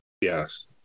yes